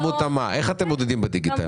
איך אתם מודדים בדיגיטל?